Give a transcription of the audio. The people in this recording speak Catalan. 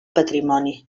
patrimoni